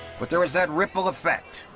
but there was that ripple effect.